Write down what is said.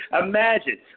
Imagine